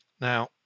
Now